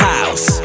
House